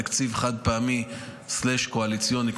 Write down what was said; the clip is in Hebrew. בתקציב חד-פעמי או קואליציוני,